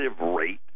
rate